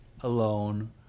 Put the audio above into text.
alone